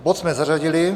Bod jsme zařadili.